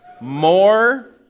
More